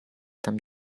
tam